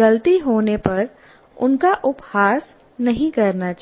गलती होने पर उनका उपहास नहीं करना चाहिए